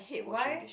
why